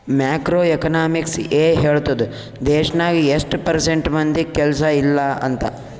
macro economics ಎ ಹೇಳ್ತುದ್ ದೇಶ್ನಾಗ್ ಎಸ್ಟ್ ಪರ್ಸೆಂಟ್ ಮಂದಿಗ್ ಕೆಲ್ಸಾ ಇಲ್ಲ ಅಂತ